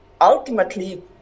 ultimately